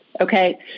Okay